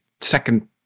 second